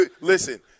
Listen